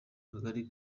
kagari